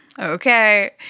Okay